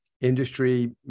industry